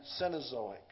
Cenozoic